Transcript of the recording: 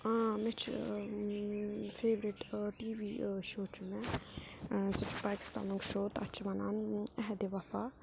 مےٚ چھِ favourite TV show چھُ مےٚ سُہ چھُ پاکِستانُک شو تَتھ چھِ وَنان احدِ وَفا